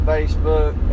Facebook